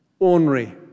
ornery